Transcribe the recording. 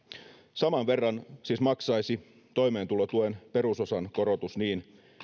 saman verran maksaisi toimeentulotuen perusosan korotus niin